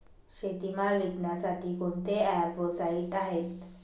शेतीमाल विकण्यासाठी कोणते ॲप व साईट आहेत?